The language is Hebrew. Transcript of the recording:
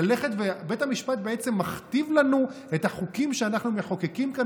ובית המשפט בעצם מכתיב לנו את החוקים שאנחנו מחוקקים כאן?